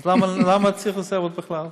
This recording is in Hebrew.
אז למה צריך רזרבות בכלל?